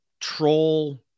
troll